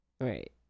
Right